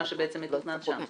מה שמתוכנן שם?